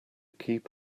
keep